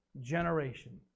generation